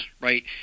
right